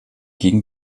gegen